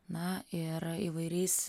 na ir įvairiais